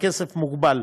והכסף מוגבל,